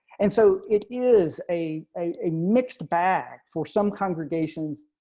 and so it is a a mixed bag for some congregations.